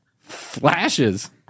Flashes